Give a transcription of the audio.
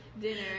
dinner